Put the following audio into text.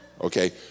okay